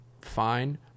fine